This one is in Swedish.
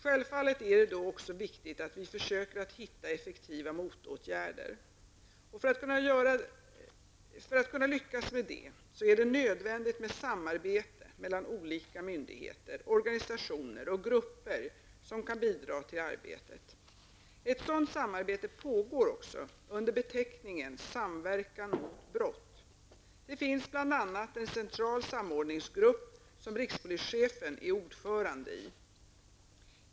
Självfallet är det då också viktigt att vi försöker att hitta effektiva motåtgärder. För att kunna lyckas med detta är det nödvändigt med samarbete mellan olika myndigheter, organisationer och grupper som kan bidra till arbetet. Ett sådant samarbete pågår också under beteckningen Samverkan mot brott. Det finns bl.a. en central samordningsgrupp som rikspolischefen är ordförande i.